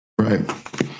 Right